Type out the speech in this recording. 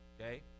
okay